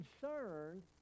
concerned